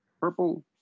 purple